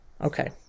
Okay